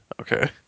Okay